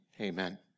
Amen